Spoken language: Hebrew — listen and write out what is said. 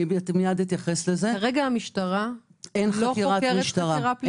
כרגע המשטרה חוקרת חקירה פלילית?